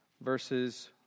verses